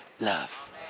love